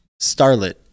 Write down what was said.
starlet